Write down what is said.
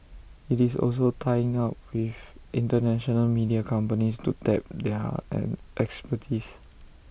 IT is also tying up with International media companies to tap their an expertise